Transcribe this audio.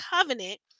covenant